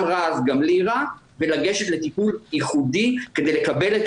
רע אז גם לי רע' ולגשת לטיפול ייחודי כדי לקבל את